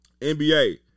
NBA